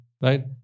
right